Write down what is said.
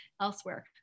elsewhere